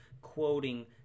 quoting